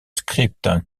script